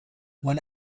when